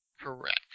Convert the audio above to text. Correct